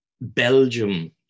Belgium